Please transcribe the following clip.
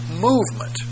movement